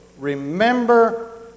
Remember